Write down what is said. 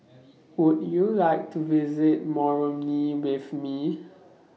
Would YOU like to visit Moroni with Me